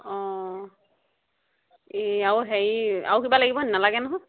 অঁ এই আৰু হেৰি আৰু কিবা লাগিবনি নালাগে নহয়